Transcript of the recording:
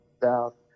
South